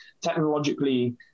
technologically